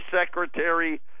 Secretary